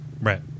Right